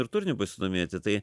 ir turiniu pasidomėti tai